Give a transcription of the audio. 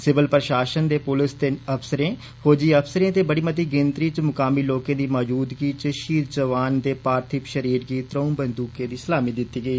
civil प्रशासण ते पुलस दे अफ्सरें फौजी अफ्सरें ते बड़ी मती गिनतरी च मुकामी लोकें दी मौजूदगी च श्हीद जवान दे पार्थिव शरीर ग त्र'ऊं बंदूकें दी सलामी दिती गेई